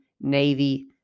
Navy